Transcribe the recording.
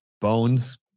Bones